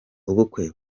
ubukwe